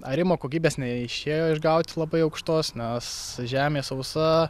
arimo kokybės neišėjo išgauti labai aukštos nes žemė sausa